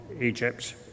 Egypt